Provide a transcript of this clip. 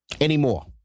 anymore